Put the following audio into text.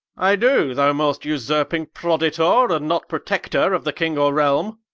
i doe, thou most vsurping proditor, and not protector of the king or realme